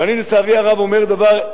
ואני לצערי הרב אומר דבר,